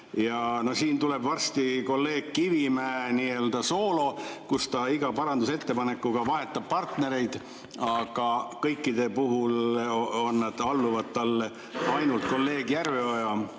Siin tuleb varsti kolleeg Kivimäe soolo, kus ta iga parandusettepanekuga vahetab partnereid. Kõikide puhul nad alluvad talle, ainult kolleeg Järveoja